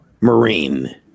Marine